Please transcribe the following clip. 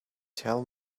tell